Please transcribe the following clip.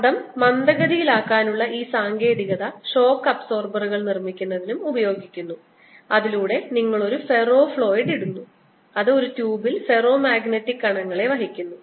കാന്തം മന്ദഗതിയിലാക്കാനുള്ള ഈ സാങ്കേതികത ഷോക്ക് അബ്സോർബറുകൾ നിർമ്മിക്കുന്നതിനും ഉപയോഗിക്കുന്നു അതിലൂടെ നിങ്ങൾ ഒരു ഫെറോഫ്ലൂയിഡ് ഇടുന്നു അത് ഒരു ട്യൂബിൽ ഫെറോമാഗ്നറ്റിക് കണങ്ങളെ വഹിക്കുന്നു